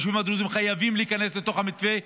היישובים הדרוזיים חייבים להיכנס לתוך המתווה,